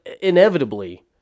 Inevitably